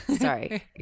sorry